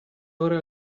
ore